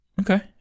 Okay